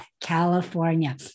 California